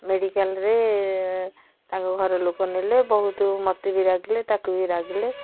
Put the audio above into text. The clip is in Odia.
ମେଡ଼ିକାଲରେ ତାଙ୍କ ଘର ଲୋକ ନେଲେ ବହୁତ ମୋତେ ବି ରାଗିଲେ ତାକୁ ବି ରାଗିଲେ